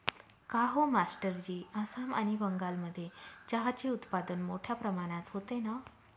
काहो मास्टरजी आसाम आणि बंगालमध्ये चहाचे उत्पादन मोठया प्रमाणात होते ना